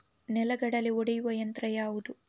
ನೆಲಗಡಲೆ ಒಡೆಯುವ ಯಂತ್ರ ಯಾವುದು?